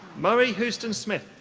murray houston smith.